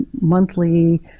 monthly